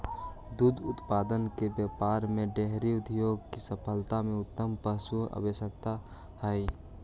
दुग्ध उत्पादन के व्यापार में डेयरी उद्योग की सफलता में उत्तम पशुचयन आवश्यक हई